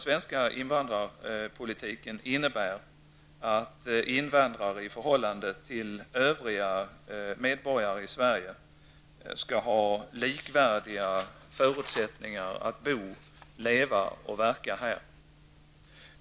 Sverige skall ha likvärdiga förutsättningar att bo, leva och verka här.